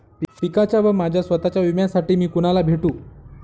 पिकाच्या व माझ्या स्वत:च्या विम्यासाठी मी कुणाला भेटू?